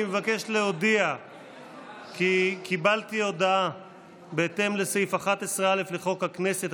אני מבקש להודיע כי קיבלתי הודעה בהתאם לסעיף 11(א) לחוק הכנסת,